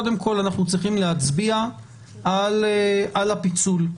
קודם כל צריכים להצביע על הפיצול.